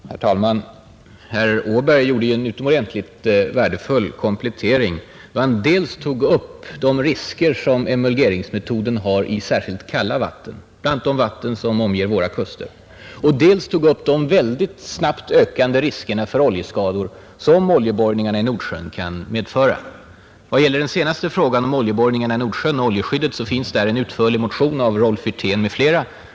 Herr talman! Herr Åberg gjorde en utomordentligt värdefull komplettering då han dels tog upp de risker som emulgeringsmetoden har framför allt i kalla vatten — sådana vatten som omger våra kuster — dels tog upp de ökande riskerna för oljeskador som oljeborrningarna i Nordsjön medför. Vad gäller frågan om oljeborrningarna i Nordsjön och oljeskyddet, så finns i den frågan en utförlig motion av herr Rolf Wirtén m.fl.